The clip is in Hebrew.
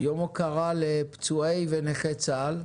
יום הוקרה לפצועי ונכי צה"ל.